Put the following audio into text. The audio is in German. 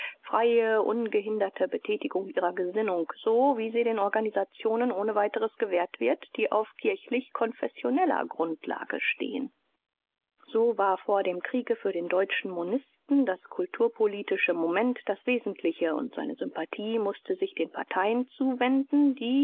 freie ungehinderte betätigung ihrer gesinnung so wie sie den organisationen ohne weiteres gewährt wird die auf kirchlich-konfessioneller grundlage stehen so war vor dem kriege für den deutschen monisten das kulturpolit moment das wesentliche und seine sympathie mußte sich den parteien zuwenden die